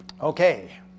Okay